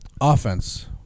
offense